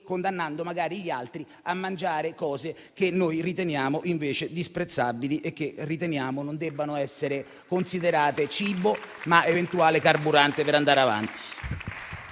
condannando magari gli altri a mangiare cose che noi riteniamo invece disprezzabili e che riteniamo non debbano essere considerate cibo, ma eventualmente carburante per andare avanti.